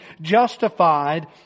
justified